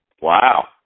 Wow